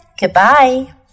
goodbye